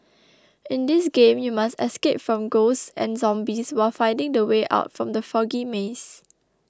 in this game you must escape from ghosts and zombies while finding the way out from the foggy maze